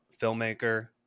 filmmaker